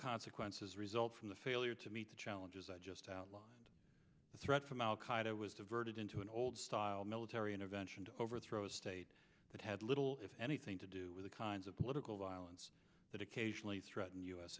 consequences result from the failure to meet the challenges i just outlined the threat from al qaeda was diverted into an old style military intervention to overthrow a state that had little if anything to do with the kinds of political violence that occasionally threaten